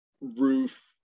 roof